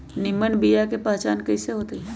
निमन बीया के पहचान कईसे होतई?